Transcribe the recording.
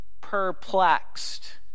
perplexed